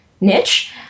niche